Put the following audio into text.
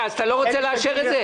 אתה לא רוצה לאשר את זה?